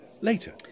later